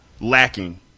lacking